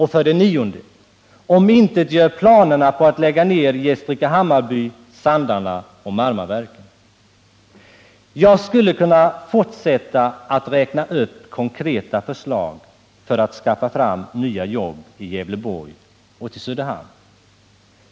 Jag skulle kunna fortsätta att räkna upp konkreta förslag som syftar till att skapa nya jobb i Söderhamn och över huvud taget i Gävleborgs län.